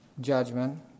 judgment